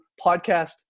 podcast